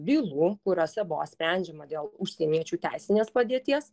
bylų kuriose buvo sprendžiama dėl užsieniečių teisinės padėties